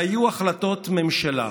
והיו החלטות הממשלה,